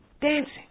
Dancing